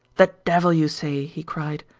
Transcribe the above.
the devil you say! he cried.